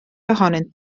ohonynt